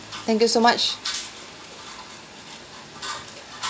thank you so much